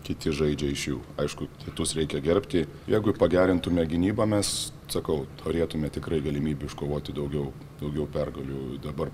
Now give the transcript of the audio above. kiti žaidžia iš jų aišku kitus reikia gerbti jeigu pagerintume gynybą mes sakau turėtume tikrai galimybių iškovoti daugiau daugiau pergalių dabar